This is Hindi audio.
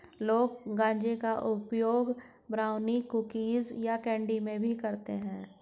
लोग गांजे का उपयोग ब्राउनी, कुकीज़ या कैंडी में भी करते है